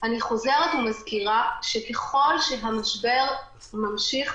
אני חוזרת ומזכירה שככל שהמשבר ממשיך,